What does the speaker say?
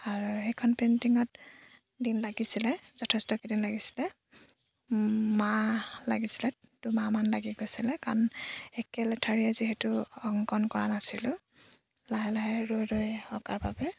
আৰু সেইখন পেইণ্টিঙত দিন লাগিছিলে যথেষ্ট কেইদিন লাগিছিলে মাহ লাগিছিলে দুমাহ মান লাগি গৈছিলে কাৰণ একেলেঠাৰীয়ে যিহেতু অংকন কৰা নাছিলোঁ লাহে লাহে ৰৈ ৰৈ অঁকাৰ বাবে